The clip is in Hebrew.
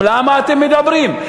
למה אתם מדברים?